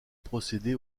procédé